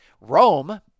Rome